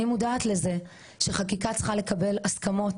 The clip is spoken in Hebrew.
אני מודעת לזה שחקיקה צריכה לקבל הסכמות.